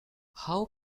how